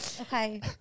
Okay